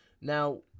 Now